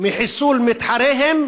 מחיסול מתחריהם